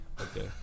Okay